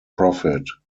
profit